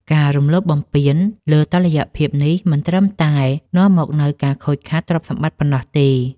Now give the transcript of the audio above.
ការរំលោភបំពានលើតុល្យភាពនេះ មិនត្រឹមតែនាំមកនូវការខូចខាតទ្រព្យសម្បត្តិប៉ុណ្ណោះទេ។